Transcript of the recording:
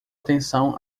atenção